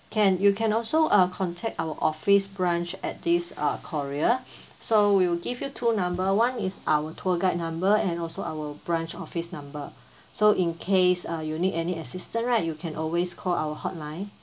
can you can also uh contact our office branch at this uh korea so we'll give you two number one is our tour guide number and also our branch office number so in case uh you need any assistance right you can always call our hotline